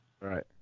Right